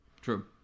True